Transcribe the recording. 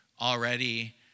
already